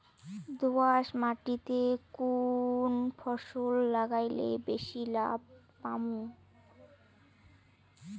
দোয়াস মাটিতে কুন ফসল লাগাইলে বেশি লাভ পামু?